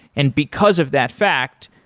and because of that fact,